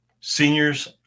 Seniors